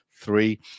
three